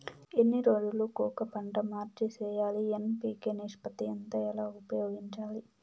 ఎన్ని రోజులు కొక పంట మార్చి సేయాలి ఎన్.పి.కె నిష్పత్తి ఎంత ఎలా ఉపయోగించాలి?